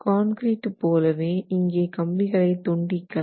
concrete போலவே இங்கே கம்பிகளை துண்டிக்கலாம்